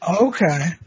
Okay